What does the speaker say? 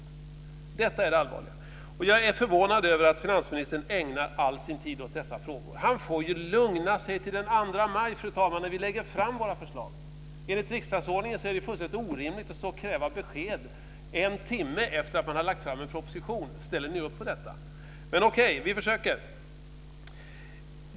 Detta är det allvarliga. Jag är förvånad över att finansministern ägnar all sin tid åt dessa frågor. Han får ju lugna sig till den 2 maj, fru talman, när vi lägger fram våra förslag. Enligt riksdagsordningen är det fullständigt orimligt att stå och kräva besked en timme efter att man har lagt fram en proposition: Ställer ni upp på detta? Men okej! Vi försöker.